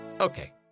Okay